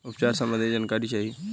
उपचार सबंधी जानकारी चाही?